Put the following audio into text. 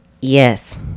Yes